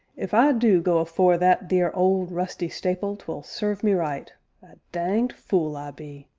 if i do go afore that theer old, rusty stapil, twill serve me right a danged fule i be!